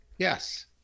Yes